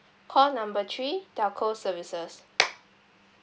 call number three telco services